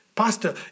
Pastor